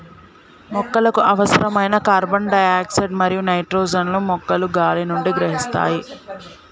మొక్కలకు అవసరమైన carbon dioxide మరియు నైట్రోజన్ ను మొక్కలు గాలి నుండి గ్రహిస్తాయి